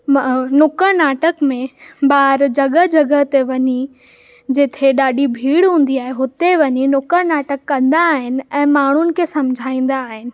मां नुकड़ नाटक में ॿार जॻह जॻह ते वञी जिते डाढी भीड़ हूंदी आहे हुते वञी नुकड़ नाटक कंदा आहिनि ऐं माण्हुनि खे सम्झाईंदा आहिनि